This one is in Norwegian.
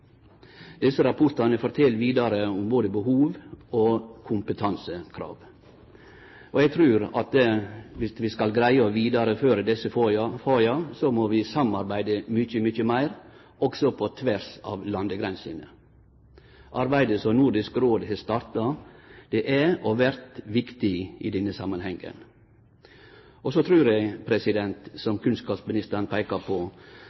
Desse rapportane fortel vidare om både behov og kompetansekrav. Eg trur at skal vi greie å vidareføre desse faga, må vi samarbeide mykje meir, òg på tvers av landegrensene. Arbeidet som Nordisk Råd har starta, er og vert viktig i denne samanhengen. Og så trur eg, som kunnskapsministeren peikte på, at desse faga òg har ein kulturpolitisk og næringspolitisk dimensjon. Desse aktørane må på